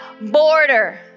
border